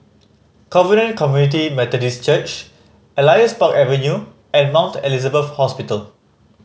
Covenant Community Methodist Church Elias Park Avenue and Mount Elizabeth Hospital